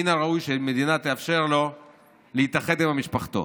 מן הראוי שהמדינה תאפשר לו להתאחד עם משפחתו.